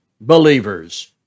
believers